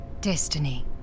Destiny